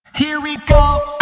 here we go,